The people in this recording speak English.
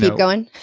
going?